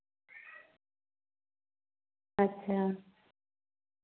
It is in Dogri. अच्छा